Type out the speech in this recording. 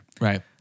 Right